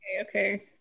okay